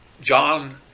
John